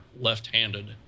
left-handed